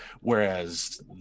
whereas